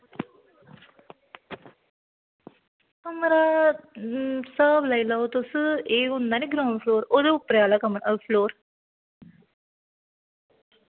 कमरा स्हाब लाई लैओ तुस एह् होंदा नी ग्राउंड फ्लोर ओह्दे उप्परे आह्ला कमरा फ्लोर